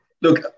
Look